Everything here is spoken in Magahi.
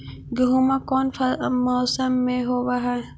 गेहूमा कौन मौसम में होब है?